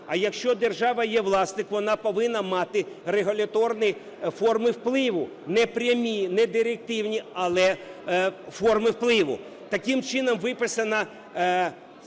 А якщо держава є власник, вона повинна мати регуляторні форми впливу, непрямі, недирективні, але форми впливу. Таким чином виписана